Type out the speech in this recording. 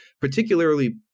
particularly